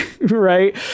right